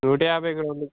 నూట యాభైకి రెండు